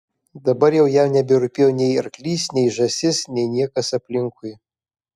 dabar jau jam neberūpėjo nei arklys nei žąsis nei niekas aplinkui